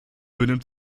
benimmt